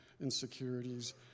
insecurities